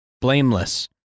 blameless